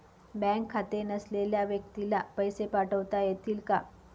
Bank खाते नसलेल्या व्यक्तीला पैसे पाठवता येतील का?